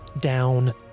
down